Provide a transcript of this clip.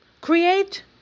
Create